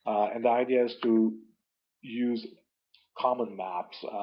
and the idea is to use common maps.